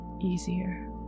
easier